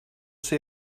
see